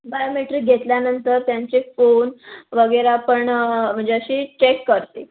biometric घेतल्यानंतर त्यांचे phone वगैरे पण म्हणजे अशी चेक करते